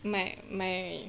my my